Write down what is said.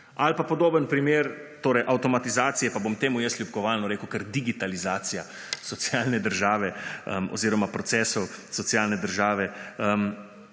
Ali pa podoben primer torej avtomatizacija, pa bom temu jaz ljubkovalno rekel kar digitalizacija socialne države oziroma procesov socialne države,